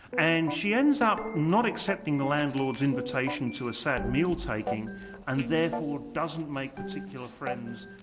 and she ends up not accepting the landlord's invitation to a sad meal-taking and therefore doesn't make particular friends